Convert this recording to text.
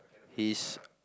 he's